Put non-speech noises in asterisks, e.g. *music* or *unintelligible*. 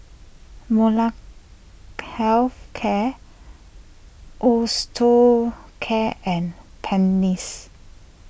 *unintelligible* Health Care Osteocare and *unintelligible*